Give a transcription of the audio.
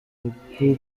uku